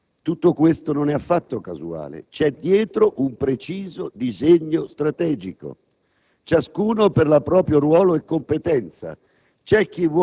tutto ciò non è affatto casuale: c'è dietro un preciso disegno strategico, ognuno per il proprio ruolo e la propria